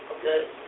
okay